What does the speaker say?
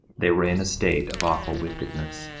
they were in a state of awful wickedness.